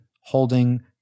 holding